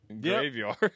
graveyard